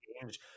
change